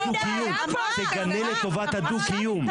אז תגנה לטובת הדו-קיום, תגנה לטובת הדו-קיום.